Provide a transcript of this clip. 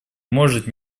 может